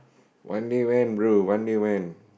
one day when bro one day when